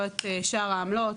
לא את שאר העמלות.